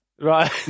Right